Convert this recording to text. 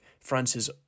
France's